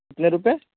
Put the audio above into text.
کتنے روپے